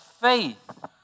faith